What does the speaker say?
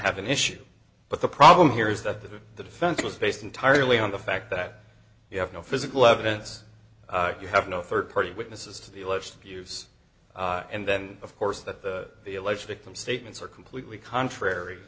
have an issue but the problem here is that the the defense was based entirely on the fact that you have no physical evidence you have no third party witnesses to the alleged abuse and then of course that the alleged victim statements are completely contrary